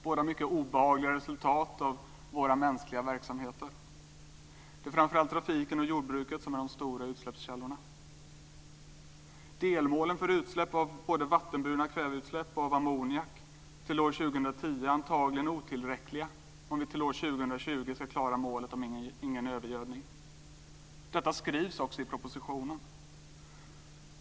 Båda är mycket obehagliga resultat av våra mänskliga verksamheter. Det är framför allt trafiken och jordbruket som är de stora utsläppskällorna. Delmålen för utsläpp av både vattenburna kväveutsläpp och ammoniak till år 2010 är antagligen otillräckliga om vi till år 2020 ska klara målet Ingen övergödning. Detta skrivs också i propositionen.